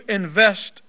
invest